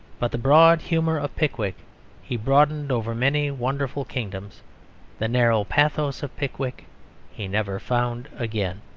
but the broad humour of pickwick he broadened over many wonderful kingdoms the narrow pathos of pickwick he never found again.